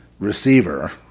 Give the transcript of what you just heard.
receiver